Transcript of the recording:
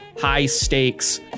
high-stakes